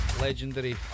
legendary